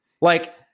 Like-